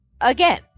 again